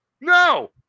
No